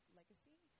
legacy